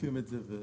בודקים את זה.